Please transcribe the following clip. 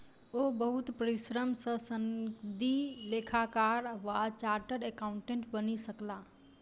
ओ बहुत परिश्रम सॅ सनदी लेखाकार वा चार्टर्ड अकाउंटेंट बनि सकला